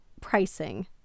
pricing